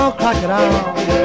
crocodile